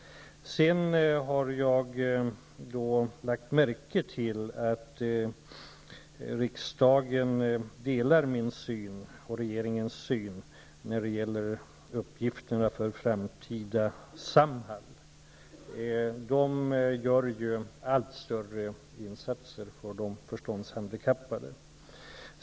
Jag har lagt märke till att riksdagen har samma syn som jag och regeringen på uppgifterna för framtida Samhall, som gör allt större insatser för de förståndshandikappade.